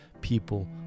people